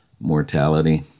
mortality